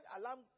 alarm